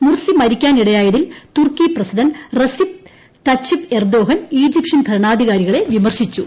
Morsi മരിക്കാനിടയായതിൽ തുർക്കി president Recep Tayyip Erdogan Egyptian ഭരണാധികാരികളെ വിമർശിച്ചു